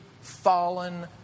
fallen